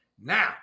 Now